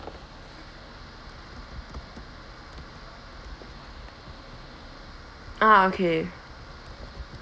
ah okay